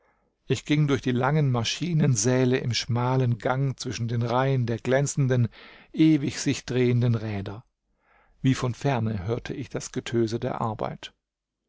ich ging durch die langen maschinensäle im schmalen gang zwischen den reihen der glänzenden ewig sich drehenden räder wie von ferne hörte ich das getöse der arbeit